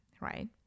right